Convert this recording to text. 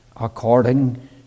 according